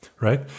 Right